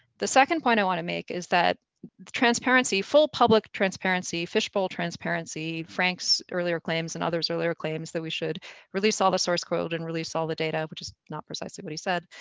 the second point i want to make is that transparency, full public transparency, fishbowl transparency, frank's earlier claims and other's earlier claims that we should release all the source code and release all the data, which is not precisely what he said,